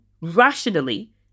rationally